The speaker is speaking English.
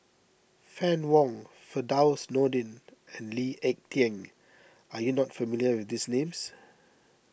Fann Wong Firdaus Nordin and Lee Ek Tieng are you not familiar with these names